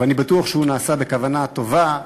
אני בטוח שהוא נעשה בכוונה טובה,